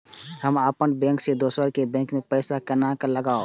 हम अपन बैंक से दोसर के बैंक में पैसा केना लगाव?